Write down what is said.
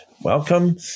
welcome